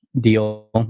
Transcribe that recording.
deal